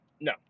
No